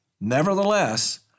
Nevertheless